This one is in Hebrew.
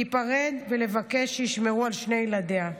להיפרד ולבקש שישמרו על שני ילדיה.